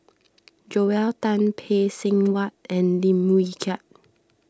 Joel Tan Phay Seng Whatt and Lim Wee Kiak